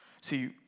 See